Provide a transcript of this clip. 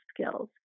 skills